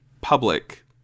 public